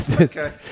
Okay